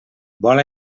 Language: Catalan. vol